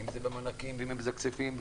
במענקים, בכספים.